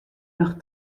noch